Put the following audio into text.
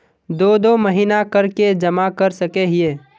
दो दो महीना कर के जमा कर सके हिये?